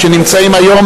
שנמצאים היום